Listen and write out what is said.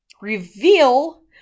reveal